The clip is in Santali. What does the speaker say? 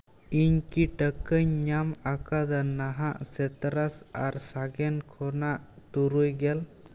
ᱤᱧ ᱠᱤ ᱴᱟᱠᱟᱧ ᱧᱟᱢ ᱟᱠᱟᱫᱟ ᱱᱟᱦᱟᱜ ᱥᱤᱛᱨᱟᱥ ᱟᱨ ᱥᱟᱜᱮᱱ ᱠᱷᱚᱱᱟᱜ ᱛᱩᱨᱩᱭ ᱜᱮᱞ